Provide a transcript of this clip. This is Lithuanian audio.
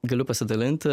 galiu pasidalinti